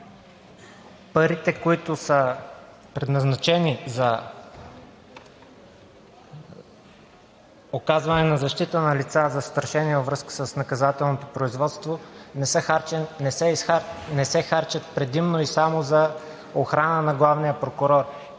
парите, които са предназначени за оказване на защита на лица, застрашени във връзка с наказателното производство, не се харчат предимно и само за охрана на главния прокурор